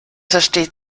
versteht